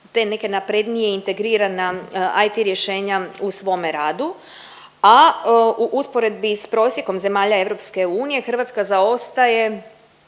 te neke naprednija integrirana IT rješenja u svome radu, a u usporedbi s prosjekom zemalja EU Hrvatska zaostaje